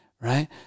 right